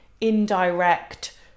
indirect